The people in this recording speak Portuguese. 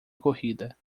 corrida